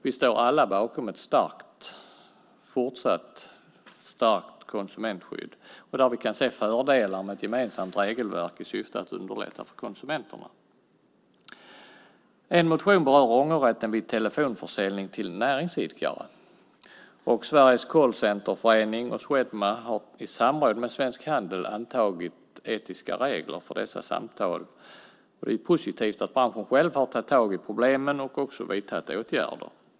Vi står alla bakom ett fortsatt starkt konsumentskydd, där vi kan se fördelar med ett gemensamt regelverk i syfte att underlätta för konsumenterna. En motion berör ångerrätten vid telefonförsäljning till näringsidkare. Sveriges Callcenterförening och Swedma har i samråd med Svensk Handel antagit etiska regler för dessa samtal. Det är positivt att branschen själv har tagit tag i problemen och också vidtagit åtgärder.